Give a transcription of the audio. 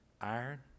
iron